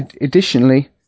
Additionally